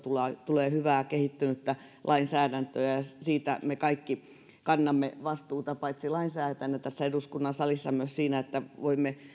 tulee hyvää kehittynyttä lainsäädäntöä ja siitä me kaikki kannamme vastuuta paitsi lainsäätäjinä tässä eduskunnan salissa myös siinä että voimme